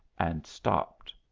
and stopped.